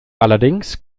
allerdings